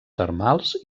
termals